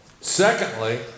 Secondly